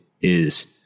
is-